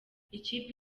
ikipe